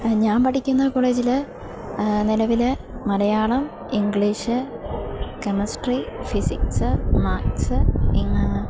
ഞാൻ പഠിക്കുന്ന കോളേജിൽ നിലവിൽ Malayalam English chemistry physics maths